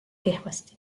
kehvasti